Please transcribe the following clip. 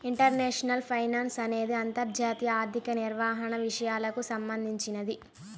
international finance అనేది అంతర్జాతీయ ఆర్థిక నిర్వహణ విషయాలకు సంబంధించింది